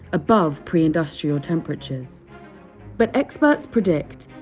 above pre-industrial temperatures but experts predict,